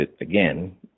again